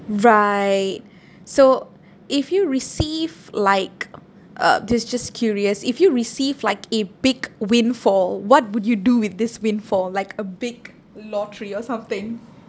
right so if you receive like uh just just curious if you receive like a big windfall what would you do with this windfall like a big lottery or something